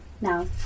Now